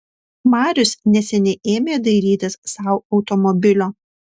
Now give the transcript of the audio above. marius neseniai ėmė dairytis sau automobilio